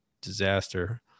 disaster